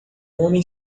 homem